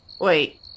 Wait